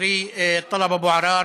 חברי טלב אבו עראר,